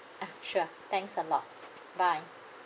ah sure thanks a lot bye